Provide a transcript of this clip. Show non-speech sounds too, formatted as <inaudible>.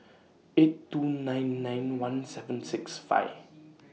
eight two nine nine one seven six five <noise>